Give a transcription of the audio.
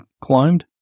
climbed